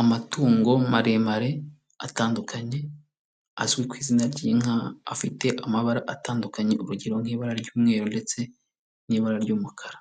Amatungo maremare atandukanye azwi ku izina ry'inka, afite amabara atandukanye, urugero nk'ibara ry'umweru ndetse n'ibara ry'umukara,